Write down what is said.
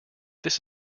this